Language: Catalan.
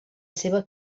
seva